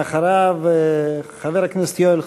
ואחריו, חבר הכנסת יואל חסון.